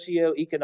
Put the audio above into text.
socioeconomic